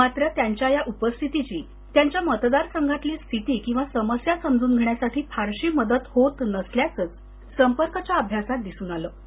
मात्र त्यांच्या या उपस्थितीची त्यांच्या मतदारसंघातली स्थिती समस्या समजून घेण्यासाठी फारशी मदत होत नसल्याचंच संपर्कच्या अभ्यासात दिसतं